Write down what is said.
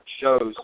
shows